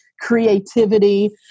creativity